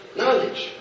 knowledge